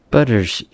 Butters